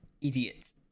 idiot